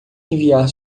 enviar